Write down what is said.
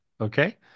okay